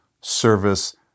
service